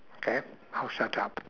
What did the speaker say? okay I'll shut up